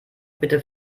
bitte